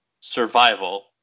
survival